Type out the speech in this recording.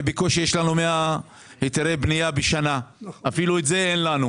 בקושי יש להם 100 היתרי בנייה במשך שנה ואפילו את זה אין להם.